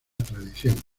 tradición